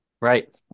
Right